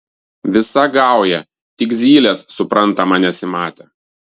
visa gauja tik zylės suprantama nesimatė